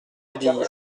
budille